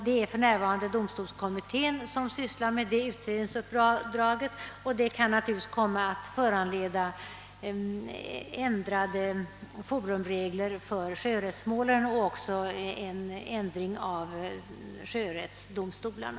Det är för närvarande domstolskommittén som sysslar med det utredningsuppdraget, och detta kan naturligtvis komma att föranleda ändrade forumregler för sjörättsmålen och även en ändring av sjörättsdomstolarna.